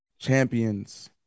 champions